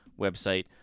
website